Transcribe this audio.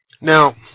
Now